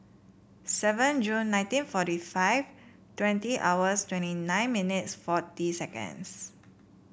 seven June nineteen forty five twenty hours twenty nine minutes forty seconds